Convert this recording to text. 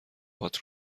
هات